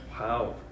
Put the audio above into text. wow